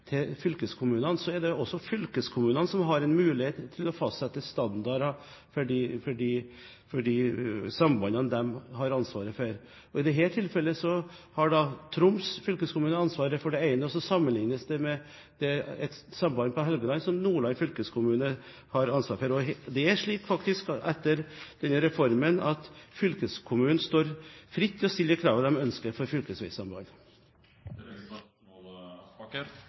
fylkeskommunene, er det fylkeskommunene som har en mulighet til å fastsette standarder for de sambandene de har ansvaret for. I dette tilfellet har Troms fylkeskommune ansvaret for det ene, og så sammenliknes det med et samband på Helgeland, som Nordland fylkeskommune har ansvaret for. Det er faktisk slik at etter denne reformen står fylkeskommunen fritt til å stille de kravene de ønsker for